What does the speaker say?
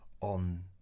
on